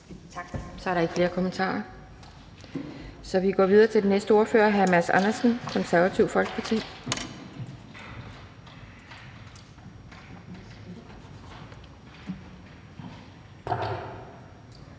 Tak. Så er der ikke flere kommentarer, så vi går videre til den næste ordfører. Hr. Mads Andersen, Det Konservative Folkeparti.